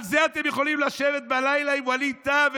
על זה אתם יכולים לשבת בלילה עם ווליד טאהא